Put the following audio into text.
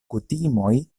kutimoj